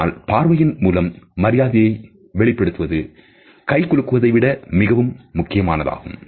ஆனால் பார்வையின் மூலம் மரியாதையை வெளிப்படுத்துவது கை குலுக்குவதை விட மிகவும் முக்கியமானதாகும்